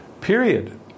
Period